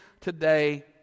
today